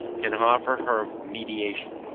can offer her mediation.